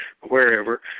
wherever